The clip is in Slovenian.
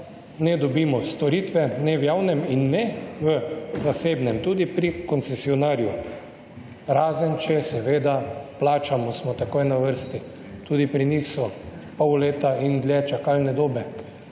ne dobimo storitve, ne v javnem in ne v zasebnem, tudi pri koncesionarju, razen če seveda plačamo, smo takoj na vrsti, tudi pri njih so pol leta in dlje čakalne dobe.